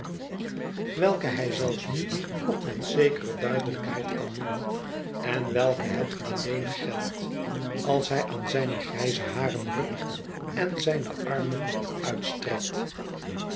welke hij zelfs nu nog met zekere duidelijkheid kan noemen en welke het alleen geldt als hij aan zijne grijze haren rukt en zijne armen uitstrekt